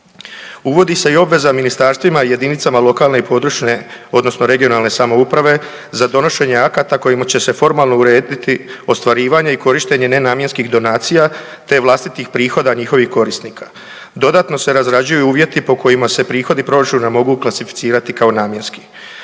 Uvodi se i obveza ministarstvima, jedinicama lokalne i područne (regionalne) samouprave za donošenje akata kojima će se formalno urediti ostvarivanje i korištenje nenamjenskih donacija te vlastitih prihoda njihovih korisnika. Dodatno se razrađuju uvjeti po kojima se prihodi proračuna mogu klasificirati kao namjenski.